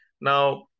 Now